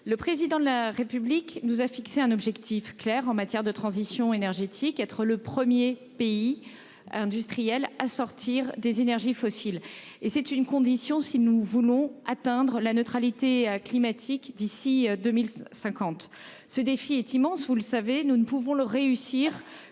Le président de la République nous a fixé un objectif clair en matière de transition énergétique. Être le 1er pays. Industriel à sortir des énergies fossiles et c'est une condition, si nous voulons atteindre la neutralité climatique d'ici 2050. Ce défi est immense, vous le savez, nous ne pouvons le réussir